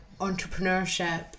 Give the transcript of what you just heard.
entrepreneurship